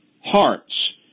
hearts